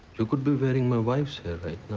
you could be wearing my wife's hair right